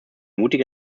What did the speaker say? mutige